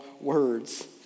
words